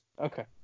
Okay